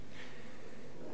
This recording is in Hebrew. חברי חברי הכנסת,